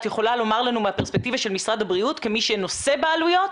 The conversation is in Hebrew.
את יכולה לומר לנו מהפרספקטיבה של משרד הבריאות כמי שנושא בעלויות,